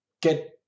get